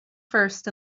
first